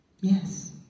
Yes